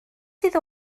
sydd